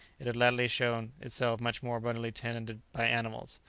it had latterly shown itself much more abundantly tenanted by animals.